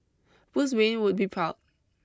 Bruce Wayne would be proud